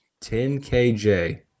10KJ